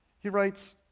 he writes,